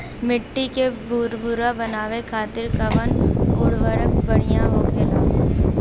मिट्टी के भूरभूरा बनावे खातिर कवन उर्वरक भड़िया होखेला?